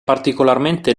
particolarmente